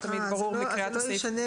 תמיד ברור בקריאת הסעיף.